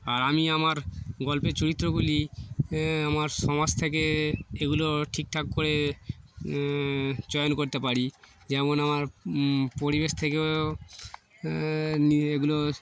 আর আমি আমার গল্পের চরিত্রগুলি আমার সমাজ থেকে এগুলো ঠিকঠাক করে চয়ন করতে পারি যেমন আমার পরিবেশ থেকেও নিয়ে এগুলো